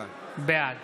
בעד